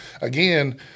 again